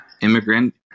immigrant